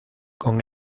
con